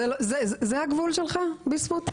זה הגבול שלך, ביסמוט?